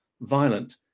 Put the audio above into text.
violent